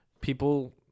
people